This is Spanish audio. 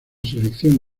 selección